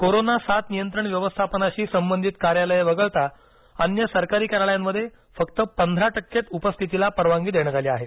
corona साथ नियंत्रण व्यवस्थापनाशी संबंधित कार्यालयं वगळता अन्य सरकारी कार्यालयांमध्ये फक्त पंधरा टक्केच उपस्थितीला परवानगी देण्यात आली आहे